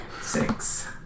Six